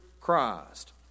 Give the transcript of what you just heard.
Christ